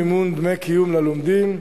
מימון דמי קיום ללומדים,